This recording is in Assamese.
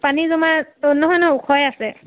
পানী জমা নহয় নহয় ওখয়ে আছে